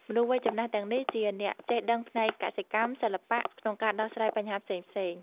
មនុស្សវ័យចំណាស់ទាំងនេះជាអ្នកចេះដឹងផ្នែកកសិកម្ម សិល្បៈ ក្នុងការដោះស្រាយបញ្ហាផ្សេងៗ។